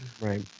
Right